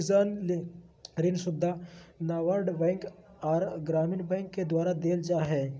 किसान ले ऋण सुविधा नाबार्ड बैंक आर ग्रामीण बैंक द्वारा देल जा हय